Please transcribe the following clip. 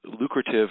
lucrative